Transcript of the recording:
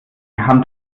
hand